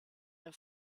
der